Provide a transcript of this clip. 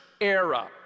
era